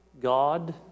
God